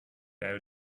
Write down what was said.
out